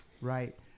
right